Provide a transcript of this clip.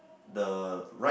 the right